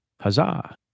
Huzzah